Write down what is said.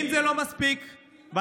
ללמוד תורה.